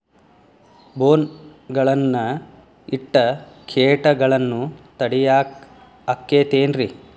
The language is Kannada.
ಬೋನ್ ಗಳನ್ನ ಇಟ್ಟ ಕೇಟಗಳನ್ನು ತಡಿಯಾಕ್ ಆಕ್ಕೇತೇನ್ರಿ?